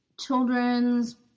children's